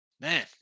Man